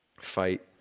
fight